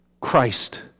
Christ